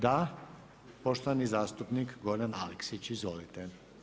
Da, poštovani zastupnik Goran Aleksić, izvolite.